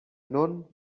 non